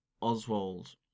Oswald